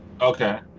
Okay